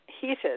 heated